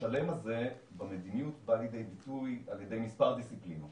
השלם הזה במדיניות בא לידי ביטוי על-ידי מספר דיסציפלינות: